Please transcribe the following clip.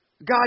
God